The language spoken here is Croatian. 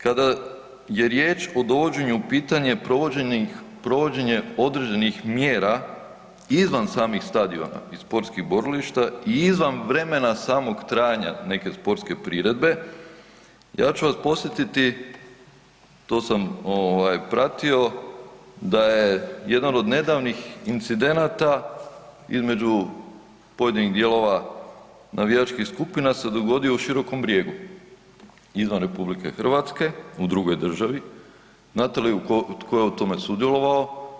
Kada je riječ o dovođenju u pitanje provođenje određenih mjera izvan samih stadiona i sportskih borilišta i izvan vremena samog trajanja neke sportske priredbe, ja ću vas podsjetiti, to sam pratio, da je jedan od nedavnih incidenata između pojedinih dijelova navijačkih skupina se dogodio u Širokom Brijegu, izvan RH, u drugoj državi, znate li tko je u tome sudjelovao?